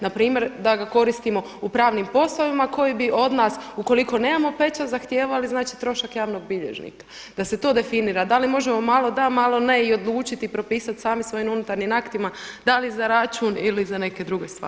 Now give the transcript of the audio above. Na primjer da ga koristimo u pravnim poslovima koji bi od nas ukoliko nemamo pačat zahtijevali znači trošak javnog bilježnika, da se to definira, da li možemo malo da, malo ne i odlučiti i propisati svojim unutarnjim aktima, da li za račun ili za neke druge stvari.